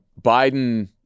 Biden